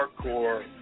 hardcore